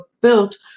built